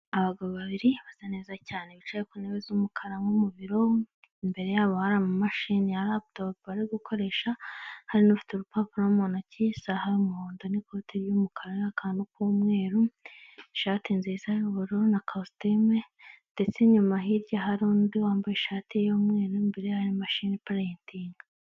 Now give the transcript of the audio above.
abagabo babiri basa neza cyane bicaye ku ntebe z'umukara nko mu biro imbere yabo harimashini ya laptop bari bari gukoresha hari nufite urupapuro mu ntoki isaha y'umuhondo n'ikoti ry'umukara n'akantu k'umweru ishati nziza yu'ubururu na causteme ndetse inyuma hirya hari undi wambaye ishati y'umweru imbere ye hari imashini Iprentinga.